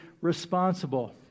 responsible